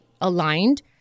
aligned